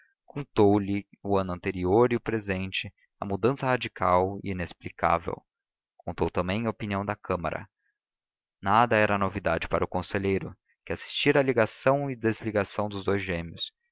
contou também a opinião da câmara nada era novidade para o conselheiro que assistira à ligação e desligação dos dous gêmeos